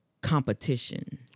competition